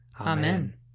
Amen